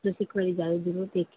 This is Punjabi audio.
ਤੁਸੀਂ ਇੱਕ ਵਾਰੀ ਜਾਇਓ ਜ਼ਰੂਰ ਦੇਖਿਓ